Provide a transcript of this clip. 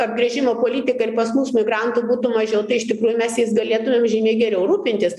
apgręžimo politiką ir pas mus migrantų būtų mažiau tai iš tikrųjų mes jais galėtumėm žymiai geriau rūpintis